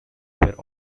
were